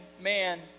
man